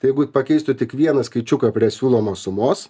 tai jeigu pakeistų tik vieną skaičiuką prie siūlomos sumos